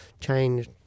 change